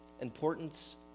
Importance